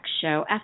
show